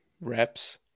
reps